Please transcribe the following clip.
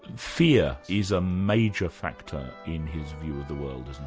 fear is a major factor in his view of the world, isn't